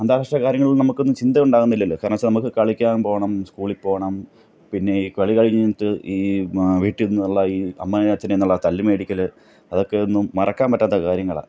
അന്താരാഷ്ട്ര കാര്യങ്ങളൊന്നും നമുക്ക് ചിന്തയുണ്ടാകുന്നില്ലല്ലോ കാരണമെന്നുവെച്ചാൽ നമുക്ക് കളിക്കാൻ പോവണം സ്കൂളി പോവണം പിന്നെ ഈ കളി കഴിഞ്ഞിട്ട് ഈ വീട്ടിൽനിന്നുള്ള ഈ അമ്മയെ അച്ഛൻ്റെ കയ്യിൽനിന്നുള്ള തല്ലു മേടിക്കൽ അതൊക്കെയൊന്നും മറക്കാൻ പറ്റാത്ത കാര്യങ്ങളാ